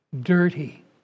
dirty